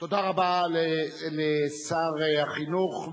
תודה רבה לשר החינוך,